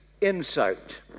insight